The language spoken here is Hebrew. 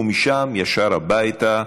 ומשם ישר הביתה,